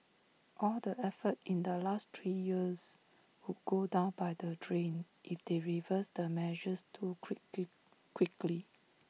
all the effort in the last three years would go down by the drain if they reverse the measures too quickly quickly